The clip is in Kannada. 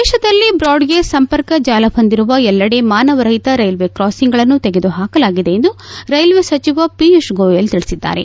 ದೇಶದಲ್ಲಿ ಬ್ರಾಡ್ಗೇಜ್ ಸಂಪರ್ಕ ಜಾಲ ಹೊಂದಿರುವ ಎಲ್ಲೆಡೆ ಮಾನವರಹಿತ ರೈಲ್ವೆ ಕ್ರಾಸಿಂಗ್ಗಳನ್ನು ತೆಗೆದುಹಾಕಲಾಗಿದೆ ಎಂದು ರೈಲ್ವೆ ಸಚಿವ ಪಿಯೂಷ್ ಗೋಯಲ್ ತಿಳಿಸಿದ್ದಾರೆ